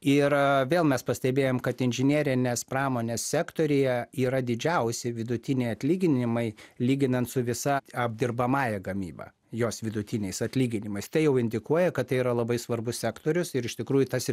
ir vėl mes pastebėjom kad inžinerinės pramonės sektoriuje yra didžiausi vidutiniai atlyginimai lyginant su visa apdirbamąja gamyba jos vidutiniais atlyginimais tai jau indikuoja kad tai yra labai svarbus sektorius ir iš tikrųjų tas ir